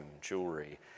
jewelry